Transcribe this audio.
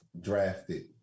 drafted